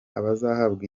abazahabwa